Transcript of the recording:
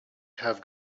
have